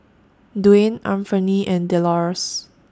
Dwain Anfernee and Delores